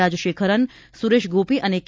રાજશેખરન સુરેશ ગોપી અને કે